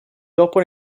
dopo